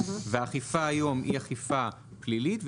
והאכיפה היום היא אכיפה פלילית,